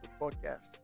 podcast